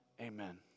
amen